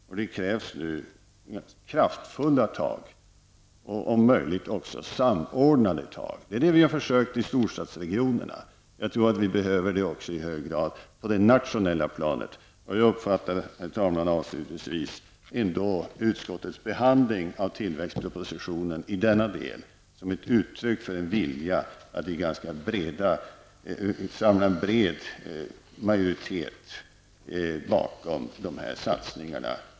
Och det krävs nu kraftfulla tag och om möjligt också samordnade tag. Det är detta som vi har försökt göra i storstadsregionerna. Jag tror att vi i hög grad behöver det även på det nationella planet. Herr talman! Avslutningsvis uppfattar jag utskottets behandling av tillväxtpropositionen i denna del som ett uttryck för en vilja att samla en bred majoritet bakom dessa satsningar.